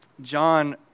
John